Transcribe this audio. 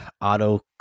auto